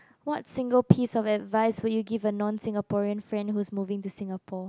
what single piece of advice would you give a non Singaporean friend whose moving to Singapore